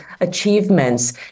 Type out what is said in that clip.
achievements